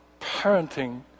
parenting